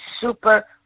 super